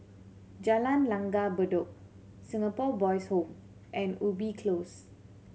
Jalan Langgar Bedok Singapore Boys' Home and Ubi Close